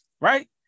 Right